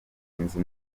inzu